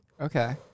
Okay